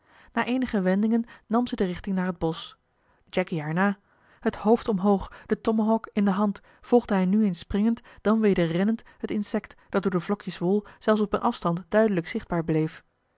na eenige wendingen nam ze de richting naar het bosch jacky haar na het hoofd omhoog den tomahawk in de hand volgde hij nu eens springend dan weder rennend het insekt dat door de vlokjes wol zelfs op een afstand duidelijk zichtbaar bleef